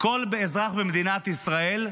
כל אזרח במדינת ישראל,